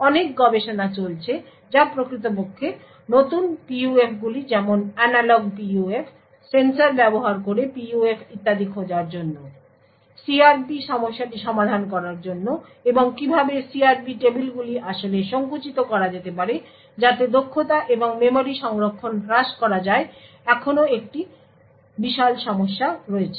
অনেক গবেষণা চলছে যা প্রকৃতপক্ষে নতুন PUFগুলি যেমন অ্যানালগ PUF সেন্সর ব্যবহার করে PUF ইত্যাদি খোঁজার জন্য । CRP সমস্যাটি সমাধান করার জন্য এবং কীভাবে CRP টেবিলগুলি আসলে সংকুচিত করা যেতে পারে যাতে দক্ষতা এবং মেমরি সংরক্ষণ হ্রাস করা যায় এখনও একটি বিশাল সমস্যা রয়েছে